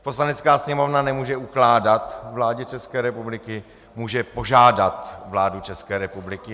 Poslanecká sněmovna nemůže ukládat vládě České republiky, může požádat vládu České republiky.